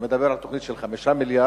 אתה מדבר על תוכנית של 5 מיליארד,